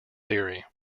theory